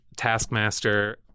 taskmaster